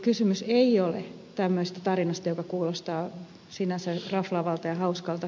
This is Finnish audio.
kysymys ei ole tämmöisestä tarinasta joka sinänsä kuulostaa raflaavalta ja hauskalta